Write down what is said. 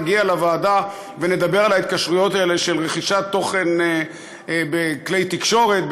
נגיע לוועדה ונדבר על ההתקשרויות האלה של רכישת תוכן בכלי תקשורת.